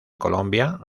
colombia